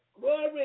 Glory